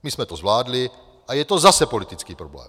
My jsme to zvládli, a je to zase politický problém.